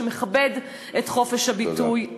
שמכבד את חופש הביטוי,